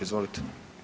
Izvolite.